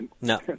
No